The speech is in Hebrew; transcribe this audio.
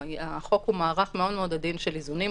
החוק הוא מערך מאוד מאוד עדין של איזונים,